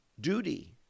duty